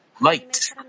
light